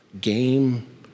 game